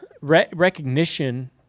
recognition